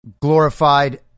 glorified